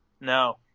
No